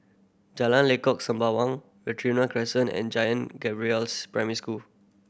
Jalan Lengkok Sembawang Crescent and Gabriel's Primary School